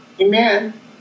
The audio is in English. Amen